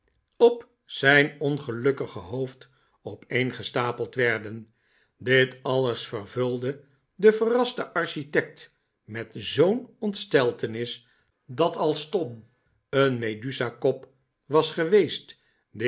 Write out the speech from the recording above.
op zijn ongelukkige hoofd opeengestapeld werden dit alles vervulde den verrasten architect met zoo'n ontsteltenis dat als tom een medusakop was geweest